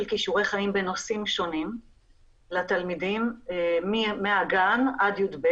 כישורי חיים בנושאים שונים לתלמידים מהגן עד י"ב